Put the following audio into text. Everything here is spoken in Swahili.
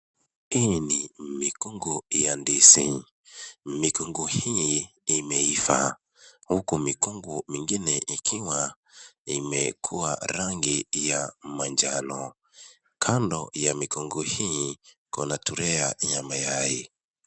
Hii ni mikungu ya ndizi, mikungu hii imeiva huku mikungu mingine ikiwa imekua rangi ya manjano. Kando ya mikungu hii iko na traya ya mayai .